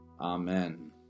Amen